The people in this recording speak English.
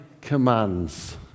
Commands